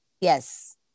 Yes